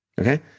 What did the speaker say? Okay